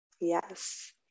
yes